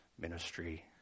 ministry